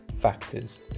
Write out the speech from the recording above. factors